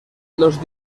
los